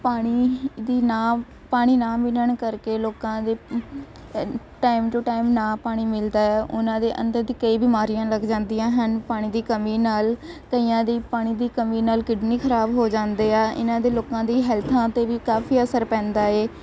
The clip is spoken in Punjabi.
ਪਾਣੀ ਦੀ ਨਾ ਪਾਣੀ ਨਾ ਮਿਲਣ ਕਰਕੇ ਲੋਕਾਂ ਦੇ ਟਾਈਮ ਟੂ ਟਾਈਮ ਨਾ ਪਾਣੀ ਮਿਲਦਾ ਹੈ ਉਹਨਾਂ ਦੇ ਅੰਦਰ ਦੀ ਕਈ ਬਿਮਾਰੀਆਂ ਲੱਗ ਜਾਂਦੀਆਂ ਹਨ ਪਾਣੀ ਦੀ ਕਮੀ ਨਾਲ ਕਈਆਂ ਦੀ ਪਾਣੀ ਦੀ ਕਮੀ ਨਾਲ ਕਿਡਨੀ ਖਰਾਬ ਹੋ ਜਾਂਦੀ ਆ ਇਹਨਾਂ ਦੇ ਲੋਕਾਂ ਦੀ ਹੈਲਥਾਂ ਅਤੇ ਵੀ ਕਾਫੀ ਅਸਰ ਪੈਂਦਾ ਏ